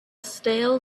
stale